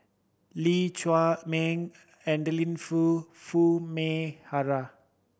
Lee Chiaw Meng Adeline Foo Foo Mee Har